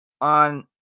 on